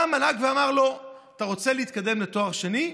בא המל"ג ואמר לו: אתה רוצה להתקדם לתואר שני?